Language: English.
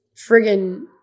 friggin